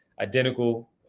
identical